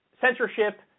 Censorship